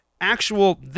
actual